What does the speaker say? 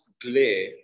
glare